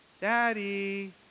Daddy